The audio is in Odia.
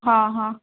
ହଁ ହଁ